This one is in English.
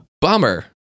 Bummer